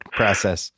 process